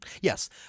Yes